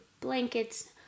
blankets